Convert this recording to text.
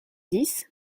dix